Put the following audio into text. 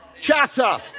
Chatter